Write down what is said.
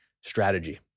strategy